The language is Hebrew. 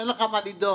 אין לך מה לדאוג,